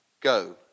go